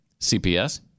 CPS